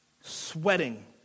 sweating